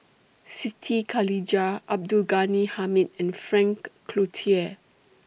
Siti Khalijah Abdul Ghani Hamid and Frank Cloutier